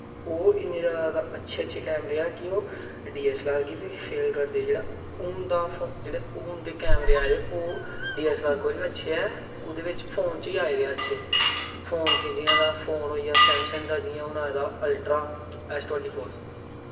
ओह् इन्ने जैदा जैदा अच्छे ऐं कि ओह् डी ऐस्स ऐल्ल आर गी फेल करदे जेह्ड़ा हून दा जेह्ड़े हून दे कैमरे आए दे ओह् डी ऐस्स ऐल्ल आर कोला बी अच्छे ऐं ओह् फोन च आए दे ऐं अच्छे फोटो जि'यां सैमसंग दा होइया अल्ट्रा ऐस्स टंव्टी फोर